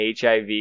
HIV